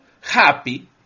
happy